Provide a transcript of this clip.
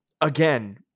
again